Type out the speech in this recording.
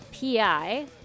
PI